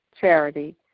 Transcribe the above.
charity